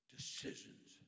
Decisions